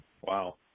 Wow